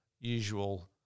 usual